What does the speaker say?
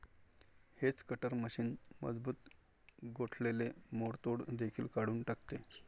hedge cutter machine मजबूत गोठलेले मोडतोड देखील काढून टाकते